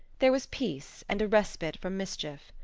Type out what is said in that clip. there was peace and a respite from mischief.